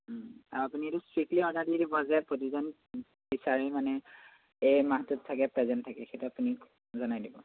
আৰু আপুনি এইটো ষ্ট্ৰিক্টলি অৰ্ডাৰ দি দিব যে প্ৰতিজন টিচাৰেই মানে এই মাহটোত থাকে প্ৰেজেণ্ট থাকে সেইটো আপুনি জনাই দিব